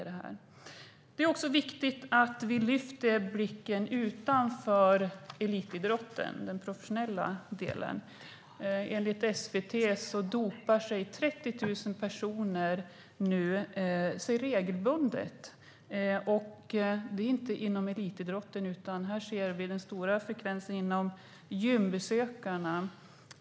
Det är viktigt att vi lyfter blicken utanför elitidrotten och den professionella delen. Enligt SVT dopar sig 30 000 personer regelbundet. Det sker inte främst inom elitidrotten, utan vi ser den stora frekvensen hos gymbesökarna.